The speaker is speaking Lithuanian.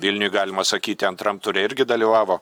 vilniuj galima sakyti antram ture irgi dalyvavo